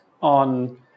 on